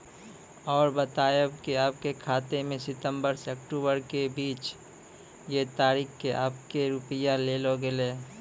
और बतायब के आपके खाते मे सितंबर से अक्टूबर के बीज ये तारीख के आपके के रुपिया येलो रहे?